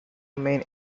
main